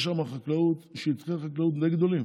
במרוקו יש חקלאות, שטחי חקלאות די גדולים,